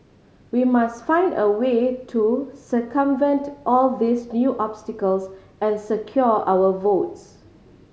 we must find a way to circumvent all these new obstacles and secure our votes